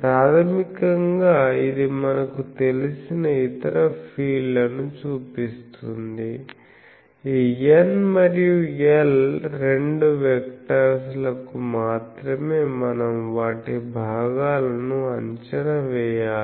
ప్రాథమికంగా ఇది మనకు తెలిసిన ఇతర ఫీల్డ్ లను చూపిస్తుంది ఈ N మరియు L రెండు వెక్టర్స్ లకు మాత్రమే మనం వాటి భాగాలను అంచనా వేయాలి